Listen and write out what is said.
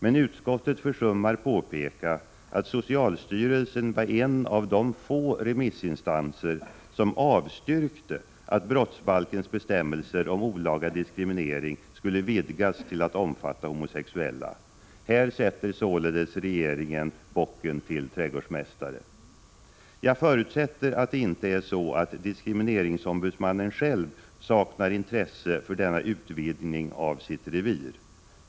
Men utskottet försummar att påpeka att socialstyrelsen var en av de få remissinstanser som avstyrkte att brottsbalkens bestämmelser om olaga diskriminering skulle vidgas till att omfatta homosexuella. Här sätter således regeringen Prot. 1986/87:136 bocken till trädgårdsmästare. Jag förutsätter att det inte är så att diskrimine ringsombudsmannen själv saknar intresse för denna utvidgning av sitt revir.